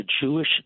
Jewish